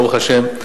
ברוך השם.